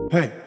Hey